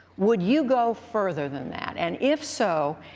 would you go further than that? and if so,